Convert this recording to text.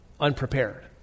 unprepared